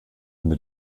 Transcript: mit